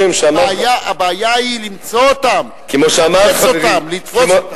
הבעיה היא למצוא אותם, לחפש אותם, לתפוס אותם.